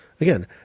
Again